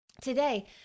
today